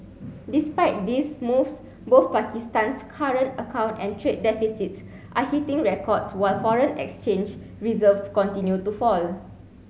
despite these moves both Pakistan's current account and trade deficits are hitting records while foreign exchange reserves continue to fall